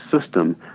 system